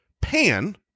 pan